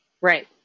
Right